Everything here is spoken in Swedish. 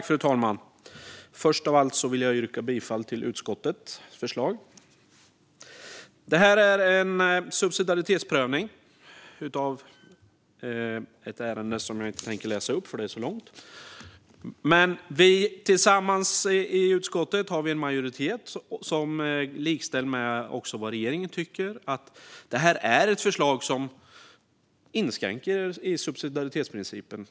Fru talman! Först av allt vill jag yrka bifall till utskottets förslag. Det här är en subsidiaritetsprövning av ett ärende som jag inte tänker läsa upp namnet på, för det är så långt. Vi har tillsammans en majoritet i utskottet för förslaget som är likställt med vad regeringen tycker: Det här är ett förslag som inskränker på subsidiaritetsprincipen.